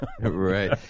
Right